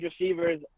receivers